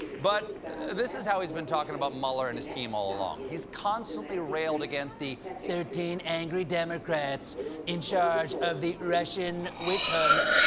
but this is how he's been talking about mueller and his team all along. he's constantly railed against the thirteen angry democrats in charge of the russian witch hunt,